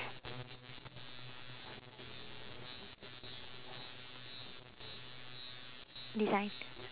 design